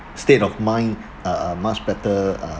state of mind uh much better uh